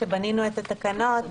כשבנינו את התקנות,